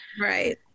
Right